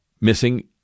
missing